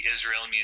Israel